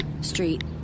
Street